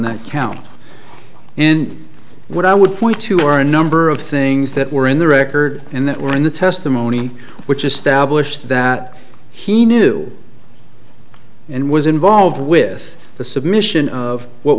that count and what i would point to are a number of things that were in the record and that were in the testimony which established that he knew and was involved with the submission of what